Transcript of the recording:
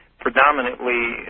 predominantly